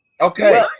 Okay